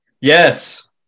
yes